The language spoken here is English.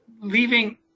leaving